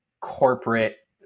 corporate